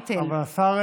התשפ"א,